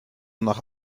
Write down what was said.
nach